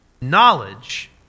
knowledge